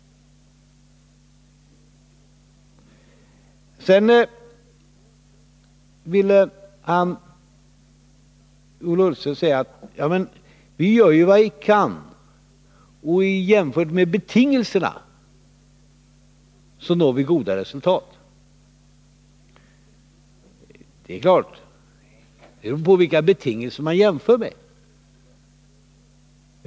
Sedan sade Ola Ullsten: Vi gör ju vad vi kan, och jämfört med betingelserna når vi goda resultat. Det beror förstås på vilka betingelser man jämför med.